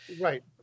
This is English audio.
Right